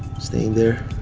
staying there.